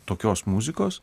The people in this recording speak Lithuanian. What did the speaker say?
tokios muzikos